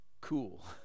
cool